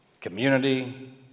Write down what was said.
community